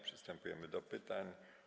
Przystępujemy do pytań.